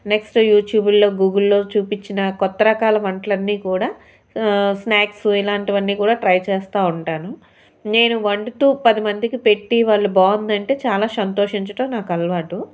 next యూట్యూబుల్లో గూగుల్లో చూపించిన కొత్త రకాల వంటలన్నీ కూడా స్నాక్సు ఇలాంటివి అన్నీ కూడా ట్రై చేస్తూ ఉంటాను నేను వండుతూ పది మందికి పెట్టి వాళ్ళు బాగుందంటే చాలా సంతోషించడం నాకు అలవాటు